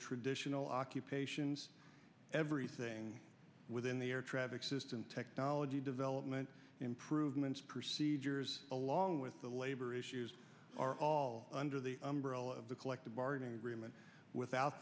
traditional occupations everything within the air traffic system technology development improvements procedures along with the labor issues are all under the umbrella of the collective bargaining agreement without